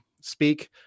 speak